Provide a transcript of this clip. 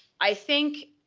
i think